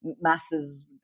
masses